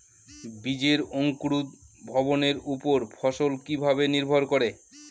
বীজের অঙ্কুর ভবনের ওপর ফলন কিভাবে নির্ভর করে?